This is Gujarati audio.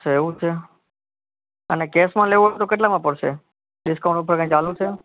અચ્છા એવું છે અને કૅશમાં લેવો હોઈ તો કેટલામાં પડશે ડિસ્કાઉન્ટ ઉપર કંઈ ચાલુ છે